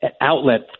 outlet